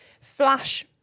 Flash